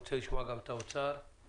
ונרצה לשמוע גם את נציגי משרד האוצר וגם